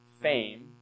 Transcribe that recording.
fame